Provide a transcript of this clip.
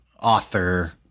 author